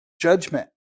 judgment